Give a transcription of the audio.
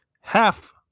half